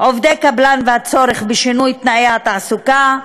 עובדי קבלן והצורך בשינוי תנאי התעסוקה,